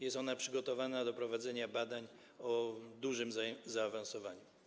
Jest ona przygotowana do prowadzenia badań o dużym zaawansowaniu.